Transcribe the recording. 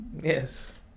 Yes